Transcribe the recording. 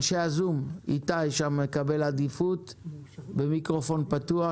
אנשי הזום, איתי יקבל עדיפות עם מיקרופון פתוח.